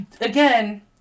again